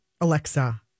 Alexa